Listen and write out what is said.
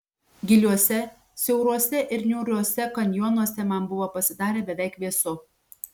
giliuose siauruose ir niūriuose kanjonuose man buvo pasidarę beveik vėsu